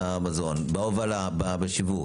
טמפרטורת המזון, בהובלה, בשיווק.